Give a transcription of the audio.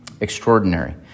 Extraordinary